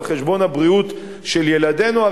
על חשבון הבריאות של ילדינו.